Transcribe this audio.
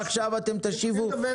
עכשיו אתם תשיבו,